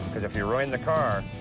cause if you ruin the car,